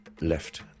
left